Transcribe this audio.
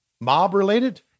Mob-related